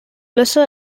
lesser